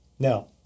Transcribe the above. Now